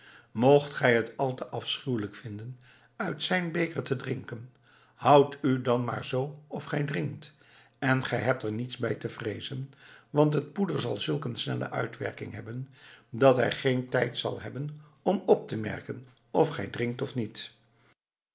mocht gij het al te afschuwelijk vinden uit zijn beker te drinken houd u dan maar zoo of gij drinkt en gij hebt er niets bij te vreezen want het poeder zal zulk een snelle uitwerking hebben dat hij geen tijd zal hebben om op te merken of gij drinkt of niet